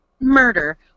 murder